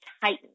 tighten